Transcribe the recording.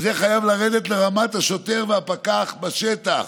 וזה חייב לרדת לרמת השוטר והפקח בשטח,